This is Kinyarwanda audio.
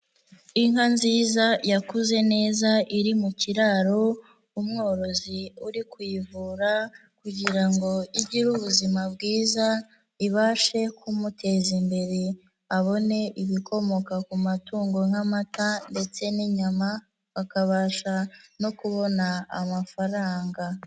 Inka nziza yakuze neza iri mu kiraro, umworozi uri kuyivura kugira ngo igire ubuzima bwiza, ibashe kumuteza imbere abone ibikomoka ku matungo nk'amata ndetse n'inyama, akabasha no kubona amafaranga.